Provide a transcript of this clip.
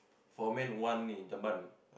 for man one only turban